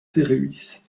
series